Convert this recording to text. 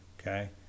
okay